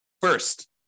First